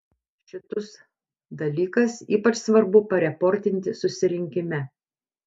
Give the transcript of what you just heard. šitus dalykas ypač svarbu pareportinti susirinkime